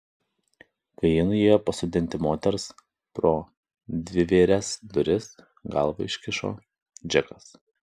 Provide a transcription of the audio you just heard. kai ji nuėjo pasodinti moters pro dvivėres duris galvą iškišo džekas